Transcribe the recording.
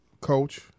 coach